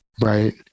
right